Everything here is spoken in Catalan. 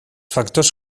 factors